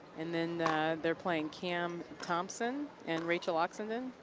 and then they're playing cam thompson and rachel oxenden.